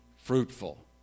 fruitful